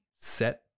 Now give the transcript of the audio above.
set